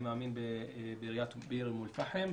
אני מאמין שבעיריית אום אל-פאחם,